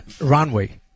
runway